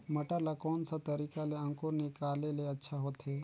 मटर ला कोन सा तरीका ले अंकुर निकाले ले अच्छा होथे?